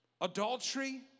adultery